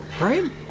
Right